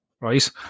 right